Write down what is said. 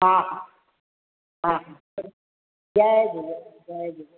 हा हा जय झूले जय झूले